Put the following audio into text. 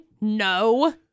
No